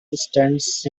stands